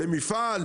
למפעל?